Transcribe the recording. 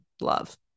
Love